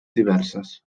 diverses